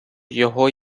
його